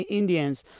ah indians,